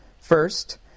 First